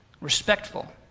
Respectful